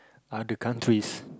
other countries